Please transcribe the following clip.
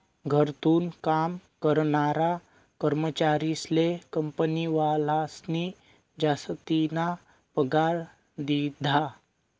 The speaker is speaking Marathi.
घरथून काम करनारा कर्मचारीस्ले कंपनीवालास्नी जासतीना पगार दिधा